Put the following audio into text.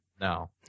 no